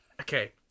Okay